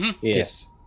Yes